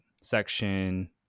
section